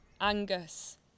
Angus